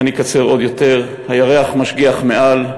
ואני אקצר עוד יותר: "הירח משגיח מעל,